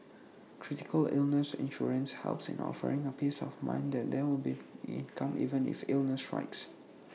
critical illness insurance helps in offering A peace of mind that there will be income even if illnesses strikes